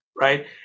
Right